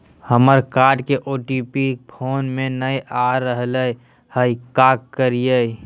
हमर कार्ड के OTP phone पे नई आ रहलई हई, का करयई?